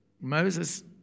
Moses